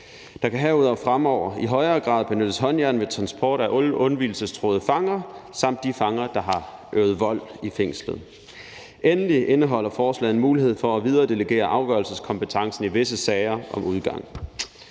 Der kan herudover fremover i højere grad benyttes håndjern ved transport af undvigelsestruede fanger samt de fanger, der har øvet vold i fængslet. Endelig indeholder forslaget en mulighed for at videredelegere afgørelseskompetencen i visse sager om udgang.